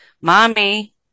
mommy